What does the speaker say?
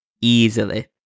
easily